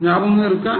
ஞாபகம் இருக்கா